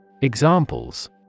Examples